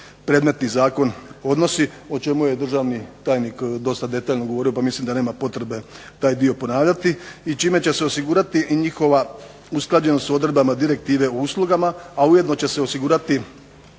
predmetni zakon odnosi o čemu je državni tajnik dosta detaljno govorio pa mislim da nema potrebe taj dio ponavljati i čime će se osigurati i njihova usklađenost s odredbama direktive o uslugama, a ujedno će se osigurati